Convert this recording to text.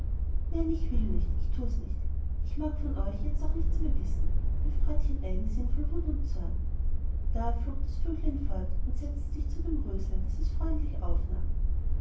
nein ich will nicht ich tu's nicht ich mag von euch jetzt auch nichts mehr wissen rief kräutchen eigensinn voll wut und zorn da flog das vöglein fort und setzte sich zu dem röslein das es freundlich bei sich aufnahm